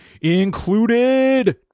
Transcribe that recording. included